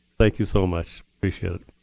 thank you so much. appreciate it.